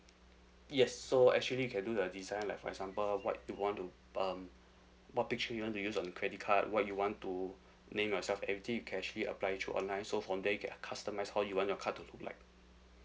yes so actually can do the design like for example what you want to um what picture you want to use on the credit card what you want to name yourself everything you can actually apply through online so from there you can customise how you want your card to look like